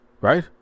Right